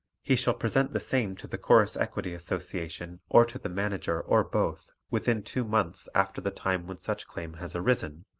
he shall present the same to the chorus equity association or to the manager or both within two months after the time when such claim has arisen,